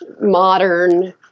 modern